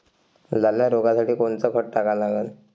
लाल्या रोगासाठी कोनचं खत टाका लागन?